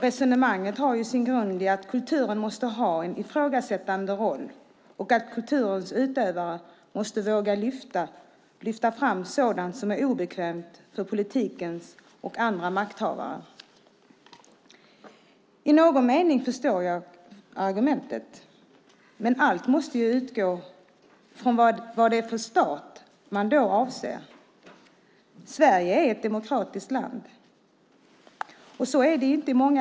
Resonemanget har sin grund i att kulturen måste ha en ifrågasättande roll och att kulturens utövare måste våga lyfta fram sådant som är obekvämt för politiker och andra makthavare. I någon mening förstår jag det argumentet, men man måste utgå från vad det är för stat man då avser. Sverige är ett demokratiskt land, något som inte gäller alla länder.